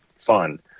fun